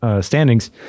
standings